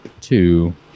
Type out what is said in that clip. two